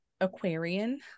Aquarian